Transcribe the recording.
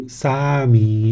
sami